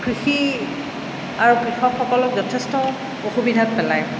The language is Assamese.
কৃষি আৰু কৃষকসকলক যথেষ্ট অসুবিধাত পেলায়